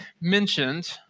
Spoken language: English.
mentioned